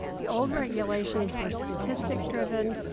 the old regulations or statistic driven.